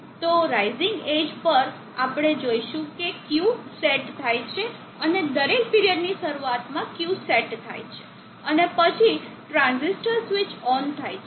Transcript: તો rising edge પર આપણે જોશું કે Q સેટ થાય છે અને દરેક પીરિયડની શરૂઆતમાં Q સેટ થાય છે અને પછી ટ્રાંઝિસ્ટર સ્વિચ ઓન થાય છે